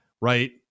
right